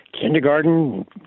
kindergarten